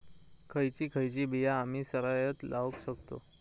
खयची खयची बिया आम्ही सरायत लावक शकतु?